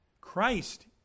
Christ